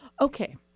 okay